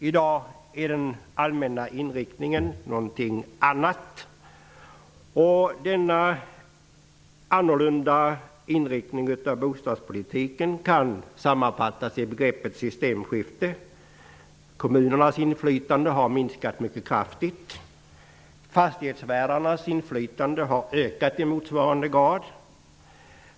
I dag är den allmänna inriktningen en annan, och denna inriktning av bostadspolitiken kan sammanfattas med begreppet systemskifte. Kommunernas inflytande har minskat mycket kraftigt. Fastighetsvärdarnas inflytande har ökat i motsvarande grad.